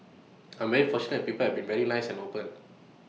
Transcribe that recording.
I'm very fortunate that people have been very nice and open